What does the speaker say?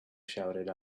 shouted